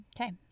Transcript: Okay